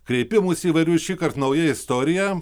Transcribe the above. kreipimųsi įvairių šįkart nauja istorija